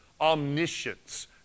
omniscience